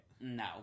No